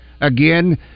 again